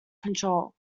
control